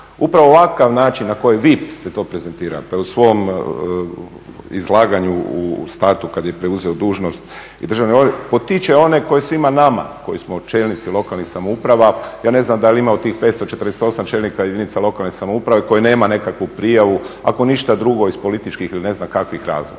Upravo ovakav način na koji vi ste to prezentirali pa i svom izlaganju u startu kad je preuzeo dužnost i državni odvjetnik potiče one koji svima nama koji smo čelnici lokalnih samouprava, ja ne znam da li ima u tih 548 čelnika jedinica lokalne samouprave koji nema nekakvu prijavu, ako ništa drugo iz političkih ili ne znam kakvih razloga.